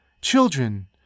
Children